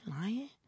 lying